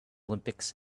olympics